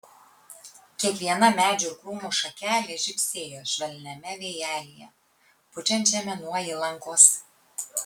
kiekviena medžių ir krūmų šakelė žibsėjo švelniame vėjelyje pučiančiame nuo įlankos